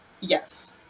Yes